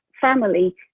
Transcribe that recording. family